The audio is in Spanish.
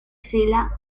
sila